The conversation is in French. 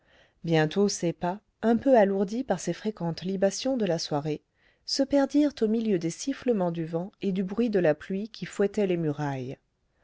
bientôt ses pas un peu alourdis par ses fréquentes libations de la soirée se perdirent au milieu des sifflements du vent et du bruit de la pluie qui fouettait les murailles